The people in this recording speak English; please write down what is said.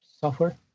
software